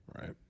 Right